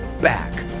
back